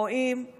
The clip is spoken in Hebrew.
רואים,